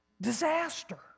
Disaster